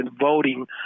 voting